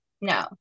No